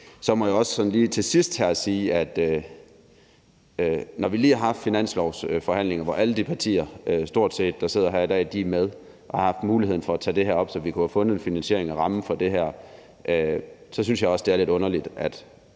her til sidst lige sige, at jeg synes, at når vi lige har haft finanslovsforhandlinger, hvor alle de partier, der sidder her i dag, stort set er med, og hvor man har haft muligheden for at tage det her op, så vi kunne have fundet en finansiering og rammen for det, så er det lidt underligt, at